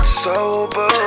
sober